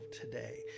today